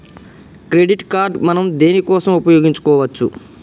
Credit card మనం దేనికోసం ఉపయోగించుకోవచ్చు?